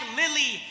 lily